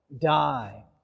die